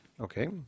Okay